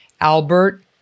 Albert